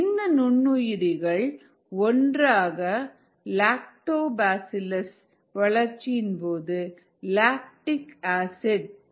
இந்த நுண்ணுயிரிகளில் ஒன்றான லாக்டோபாசிலஸ் வளர்ச்சியின் போது லாக்டிக் ஆசிட் சுரக்கும்